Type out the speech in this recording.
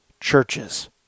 churches